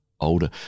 older